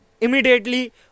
immediately